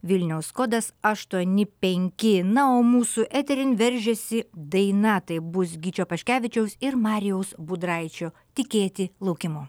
vilniaus kodas aštuoni penki na o mūsų eterin veržiasi daina tai bus gyčio paškevičiaus ir marijaus budraičio tikėti laukimu